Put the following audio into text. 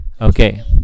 okay